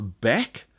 back